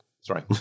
Sorry